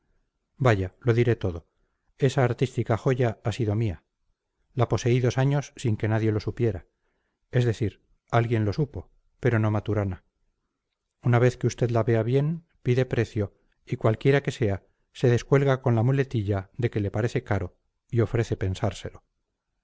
vaya lo diré todo esa artística joya ha sido mía la poseí dos años sin que nadie lo supiera es decir alguien lo supo pero no maturana una vez que usted la vea bien pide precio y cualquiera que sea se descuelga con la muletilla de que le parece caro y ofrece pensarlo